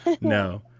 no